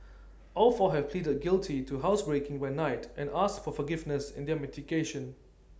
all four have pleaded guilty to housebreaking by night and asked for forgiveness in their mitigation